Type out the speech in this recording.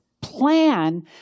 plan